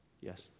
Yes